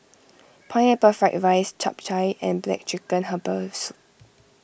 Pineapple Fried Rice Chap Chai and Black Chicken Herbal Soup